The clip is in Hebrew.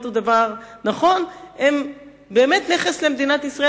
הן דבר נכון הם באמת נכס למדינת ישראל.